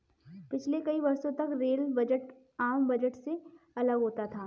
पिछले कई वर्षों तक रेल बजट आम बजट से अलग होता था